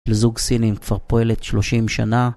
לזוג סינים כבר פועלת 30 שנה